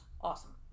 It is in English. Awesome